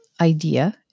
idea